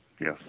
yes